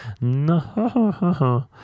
no